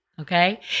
okay